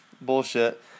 Bullshit